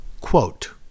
Quote